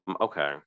okay